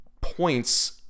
points